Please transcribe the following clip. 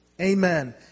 amen